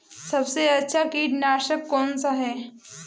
सबसे अच्छा कीटनाशक कौनसा है?